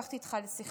אני לקחתי אותך לשיחה,